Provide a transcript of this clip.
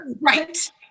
right